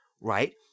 Right